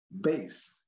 base